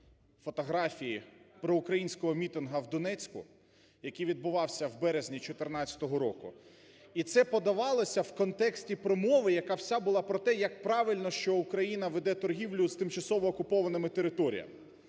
фотографії проукраїнського мітингу в Донецьку, який відбувався в березні 2014 року. І це подавалося в контексті промови, яка вся була про те, як правильно, що Україна веде торгівлю з тимчасово окупованими територіями.